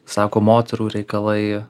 sako moterų reikalai